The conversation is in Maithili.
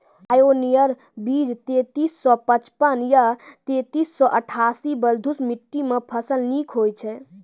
पायोनियर बीज तेंतीस सौ पचपन या तेंतीस सौ अट्ठासी बलधुस मिट्टी मे फसल निक होई छै?